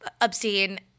Obscene